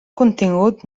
contingut